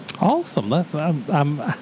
Awesome